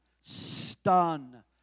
stun